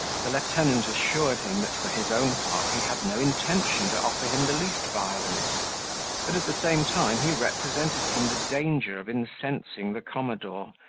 the lieutenant assured him, that for his own part he had no intention to offer him the least violence but, at the same time, he represented to him the danger of incensing the commodore,